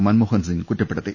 മൻമോഹൻസിംഗ് കുറ്റപ്പെടുത്തി